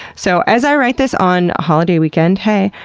so, as i write this on a holiday weekend, hey,